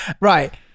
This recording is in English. Right